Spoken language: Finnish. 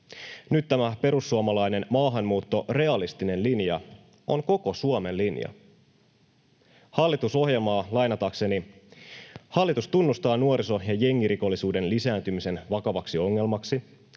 Nyt tämä perussuomalainen maahanmuuttorealistinen linja on koko Suomen linja. Hallitusohjelmaa lainatakseni: ”Hallitus tunnistaa nuoriso- ja jengirikollisuuden lisääntymisen vakavaksi ongelmaksi.